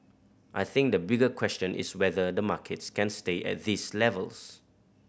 I think the bigger question is whether the markets can stay at these levels